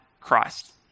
Christ